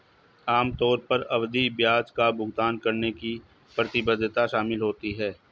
आम तौर पर आवधिक ब्याज का भुगतान करने की प्रतिबद्धता शामिल होती है